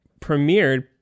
premiered